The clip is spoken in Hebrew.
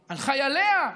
על חייליה,